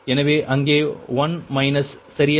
எனவே அங்கே 1 மைனஸ் சரியா